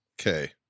Okay